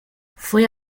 fue